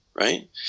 Right